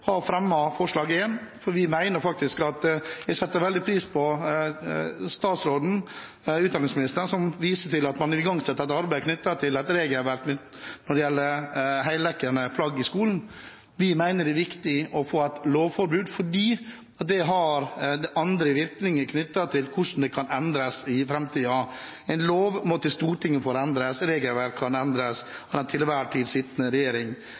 har fremmet forslag nr. 1. Vi setter veldig pris på at kunnskapsministeren viste til at man vil igangsette et arbeid knyttet til et regelverk når det gjelder heldekkende plagg i skolen. Men vi mener det er viktig å få et lovforbud, fordi det har andre virkninger knyttet til hvordan det kan endres i framtiden. En lov må til Stortinget for å endres, regelverk kan endres av den til enhver tid sittende regjering.